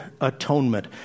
atonement